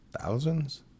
Thousands